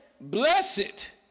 blessed